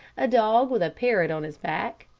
a dog with a parrot on his back,